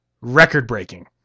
record-breaking